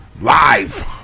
live